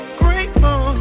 grateful